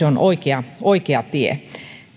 on oikea oikea tie